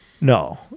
No